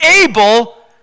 able